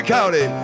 County